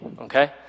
okay